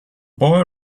boy